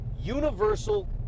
universal